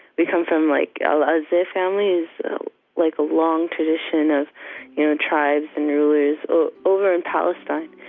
we come from like alazzeh family has like a long tradition of you know tribes and rulers over in palestine.